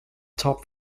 top